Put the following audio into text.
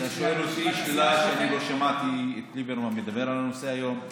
אתה שואל אותי שאלה ואני לא שמעתי את ליברמן מדבר על הנושא היום.